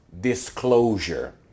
disclosure